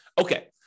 Okay